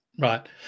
Right